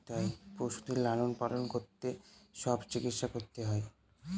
পশুদের লালন পালন করলে তাদের সব চিকিৎসা করতে হয়